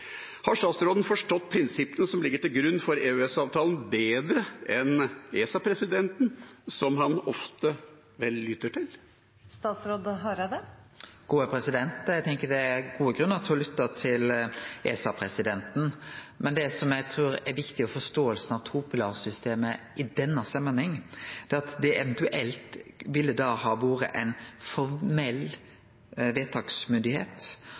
Har statsråden forstått prinsippene som ligger til grunn for EØS-avtalen bedre enn ESA-presidenten, som han ofte vel lytter til? Eg tenkjer det er gode grunnar til å lytte til ESA-presidenten. Det eg trur er viktig i forståinga av topilarsystemet i denne samanhengen, er at det eventuelt da ville ha vore